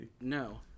no